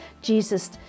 Jesus